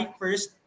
first